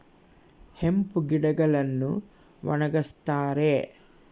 hemp ಗಿಡಗಳನ್ನು ಒಣಗಸ್ತರೆ